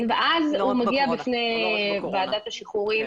אז הוא מגיע לוועדת השחרורים.